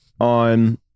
on